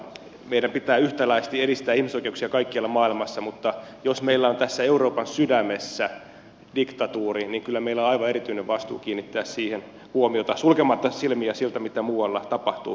meidän pitää yhtäläisesti edistää ihmisoikeuksia kaikkialla maailmassa mutta jos meillä on tässä euroopan sydämessä diktatuuri niin kyllä meillä on aivan erityinen vastuu kiinnittää siihen huomiota sulkematta silmiä siltä mitä muualla tapahtuu